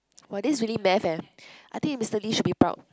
!wah! this is really math eh I think Mister Lee should be proud